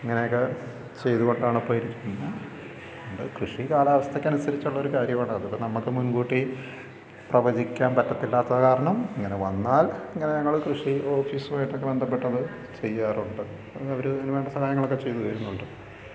അങ്ങനെയൊക്കെ ചെയ്തു കൊണ്ടാണ് ഇപ്പോൾ ഇരിക്കുന്നത് കൃഷി കാലാവസ്ഥയ്ക്ക് അനുസരിച്ചുള്ള ഒരു കാര്യമാണ് അത് നമുക്ക് മുൻകൂട്ടി പ്രവചിക്കാൻ പറ്റത്തില്ലാത്ത കാരണം ഇങ്ങനെ വന്നാൽ ഇങ്ങനെ ഞങ്ങൾ കൃഷി ഓഫീസുമായിട്ട് ഒക്കെ ബന്ധപ്പെട്ട് ഞങ്ങൾ അത് ചെയ്യാറുണ്ട് അവർ അതിനു വേണ്ട സഹായങ്ങളൊക്കെ ചെയ്തു തരുന്നുണ്ട്